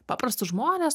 paprastus žmones